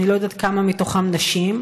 אני לא יודעת כמה מתוכם נשים,